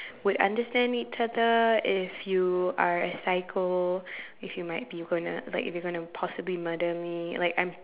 would understand each other if you are a psycho if you might be gonna like if you gonna possibly murder me like I'm